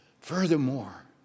Furthermore